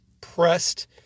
pressed